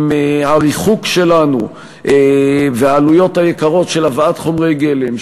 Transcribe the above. עם הריחוק שלנו והעלויות היקרות של הבאת חומרי גלם,